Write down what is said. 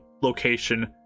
location